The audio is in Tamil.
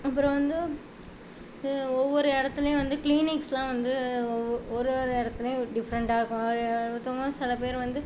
அப்புறோம் வந்து ஒவ்வொரு இடத்திலையும் வந்து க்ளீனிக்ஸ்லாம் வந்து ஒரு ஒரு இடத்துலையும் டிஃப்ரெண்ட்டாக இருக்கும் சில பேர் வந்து